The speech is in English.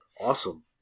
Awesome